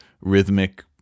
rhythmic